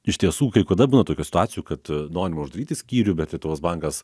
iš tiesų kai kada būna tokių situacijų kad norima uždaryti skyrių bet lietuvos bankas